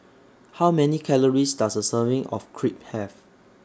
How Many Calories Does A Serving of Crepe Have